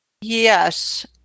yes